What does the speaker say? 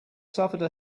suffered